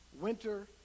winter